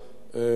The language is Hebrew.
ניתן יהיה